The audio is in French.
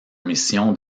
mission